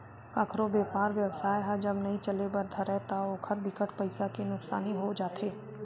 कखरो बेपार बेवसाय ह जब नइ चले बर धरय ता ओखर बिकट पइसा के नुकसानी हो जाथे